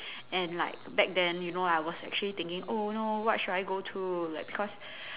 and like back then you know I was actually thinking oh no what should I go to like because